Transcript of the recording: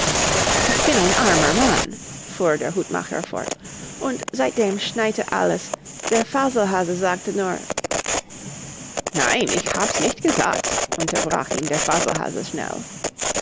ich bin ein armer mann fuhr der hutmacher fort und seitdem schneite alles der faselhase sagte nur nein ich hab's nicht gesagt unterbrach ihn der faselhase schnell